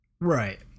Right